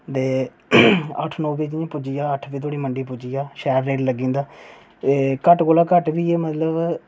ते अट्ठ नौ बजे धोड़ी पुज्जी जा अट्ठ बजे मंडी पुज्जी जा शैल रेट बनी जंदा एह् घट्ट कोला बी घट्ट मतलब